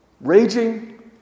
Raging